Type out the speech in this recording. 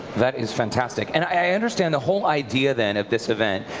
that is fantastic. and i understand the whole idea then of this event,